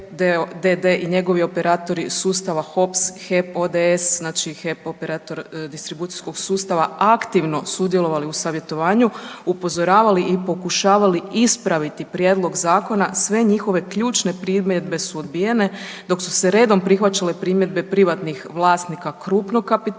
i njegovi operatori sustava HOPS, HEP ODS, znači HEP-Operator distribucijskog sustava aktivno sudjelovali u savjetovanju, upozoravali i pokušavali ispraviti prijedlog zakona, sve njihove ključne primjedbe su odbijene, dok su se redom prihvaćale primjedbe privatnih vlasnika krupnog kapitala